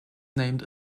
named